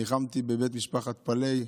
ניחמתי בבית משפחת פלאי.